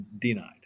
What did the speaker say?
denied